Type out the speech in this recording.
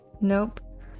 nope